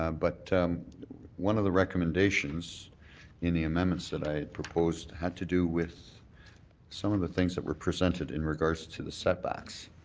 um but one of the recommendations in the amendments that i had proposed had to do with some of the things that were presented in regards to the setbacks.